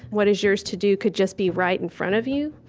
what is yours to do could just be right in front of you.